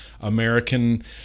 American